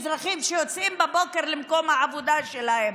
אזרחים שיוצאים בבוקר למקום העבודה שלהם,